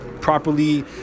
properly